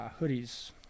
hoodies